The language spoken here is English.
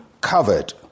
covered